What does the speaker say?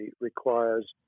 requires